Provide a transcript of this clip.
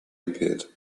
appeared